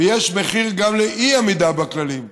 ויש מחיר גם לאי-עמידה בכללים.